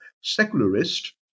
secularist